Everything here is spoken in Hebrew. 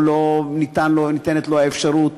או לא ניתנת לו האפשרות,